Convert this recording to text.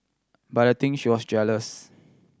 but I think she was jealous